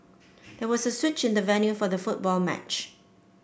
there was a switch in the venue for the football match